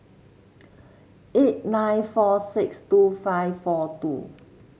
eight nine four six two five four two